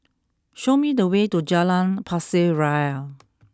show me the way to Jalan Pasir Ria